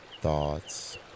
thoughts